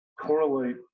correlate